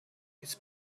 his